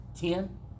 ten